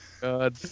god